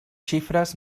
xifres